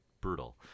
brutal